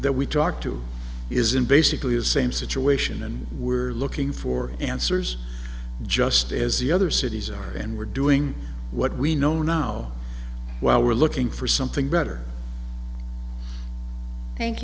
that we talk to is in basically the same situation and were looking for answers just as the other cities are and we're doing what we know now while we're looking for something better thank